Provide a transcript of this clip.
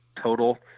total